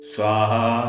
Swaha